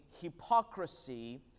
hypocrisy